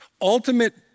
ultimate